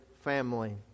family